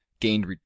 gained